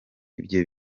ibyo